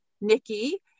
Nikki